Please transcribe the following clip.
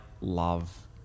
love